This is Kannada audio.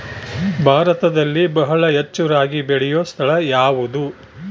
ಭಾರತದಲ್ಲಿ ಬಹಳ ಹೆಚ್ಚು ರಾಗಿ ಬೆಳೆಯೋ ಸ್ಥಳ ಯಾವುದು?